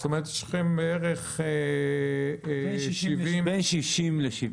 זאת אומרת, יש לכם בערך 70. בין 60 ל-70.